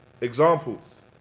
examples